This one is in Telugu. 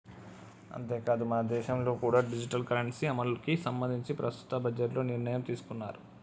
అంతేకాదు మనదేశంలో కూడా డిజిటల్ కరెన్సీ అమలుకి సంబంధించి ప్రస్తుత బడ్జెట్లో నిర్ణయం తీసుకున్నారు